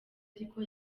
ariko